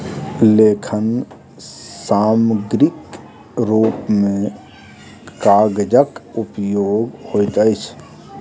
लेखन सामग्रीक रूप मे कागजक उपयोग होइत अछि